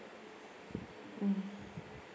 mm